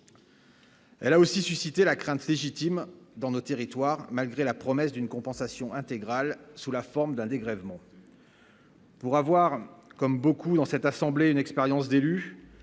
Elle a aussi suscité la crainte légitime dans nos territoires, malgré la promesse d'une compensation intégrale, sous la forme d'un dégrèvement. Pour avoir, comme beaucoup dans cette assemblée, une expérience d'élu,